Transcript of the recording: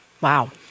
Wow